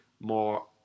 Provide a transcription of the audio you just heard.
more